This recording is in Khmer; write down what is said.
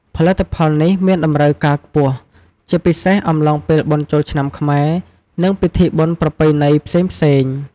ផលិតផលនេះមានតម្រូវការខ្ពស់ ជាពិសេសអំឡុងពេលបុណ្យចូលឆ្នាំខ្មែរ និងពិធីបុណ្យប្រពៃណីផ្សេងៗ។